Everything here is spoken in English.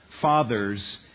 fathers